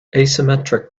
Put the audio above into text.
asymmetric